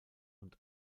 und